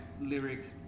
lyrics